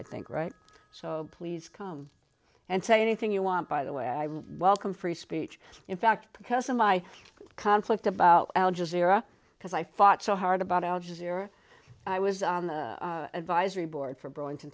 i think right so please come and say anything you want by the way i welcome free speech in fact because of my conflict about al jazeera because i fought so hard about al jazeera i was on the advisory board for brawling to